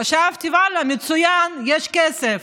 חשבתי שמכאן והלאה מצוין, יש כסף.